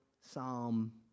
psalm